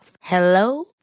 Hello